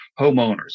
homeowners